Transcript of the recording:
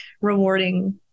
rewarding